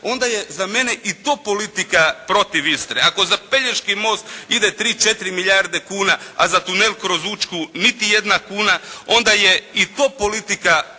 onda je za mene i to politika protiv Istre. Ako za pelješki most ide 3, 4 milijarde kuna, a za tunel kroz Učku niti jedna kuna, onda je i to politika protiv Istre